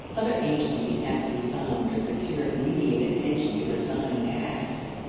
other agencies have to be found to procure immediate attention to assigned tasks.